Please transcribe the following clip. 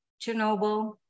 Chernobyl